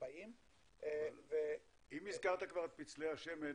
40. אם הזכרת את פצלי השמן,